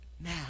now